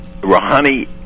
Rouhani